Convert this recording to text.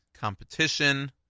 competition